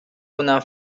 una